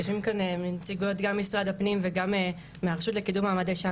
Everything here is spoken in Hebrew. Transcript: יושבים כאן נציגות גם ממשרד הפנים וגם מהרשות לקידום מעמד האישה,